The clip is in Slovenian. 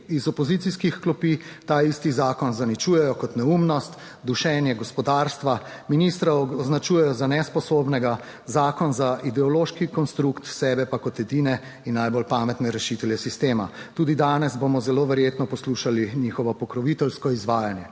iz opozicijskih klopi taisti zakon zaničujejo kot neumnost, dušenje gospodarstva, ministra označujejo za nesposobnega, zakon za ideološki konstrukt, sebe pa kot edine in najbolj pametne rešitelje sistema. Tudi danes bomo zelo verjetno poslušali njihovo pokroviteljsko izvajanje,